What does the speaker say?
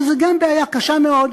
שזו גם בעיה קשה מאוד,